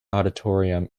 auditorium